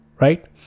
right